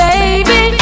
Baby